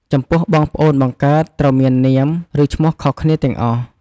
ចំពោះបងប្អូនបង្កើតត្រូវមាននាម ឬឈ្មោះខុសគ្នាទាំងអស់។